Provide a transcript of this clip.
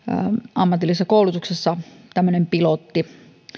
ammatillisessa koulutuksessa tämmöinen pilotti